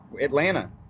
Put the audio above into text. Atlanta